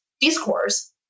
discourse